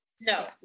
no